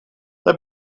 they